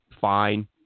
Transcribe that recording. fine